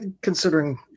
considering